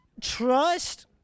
Trust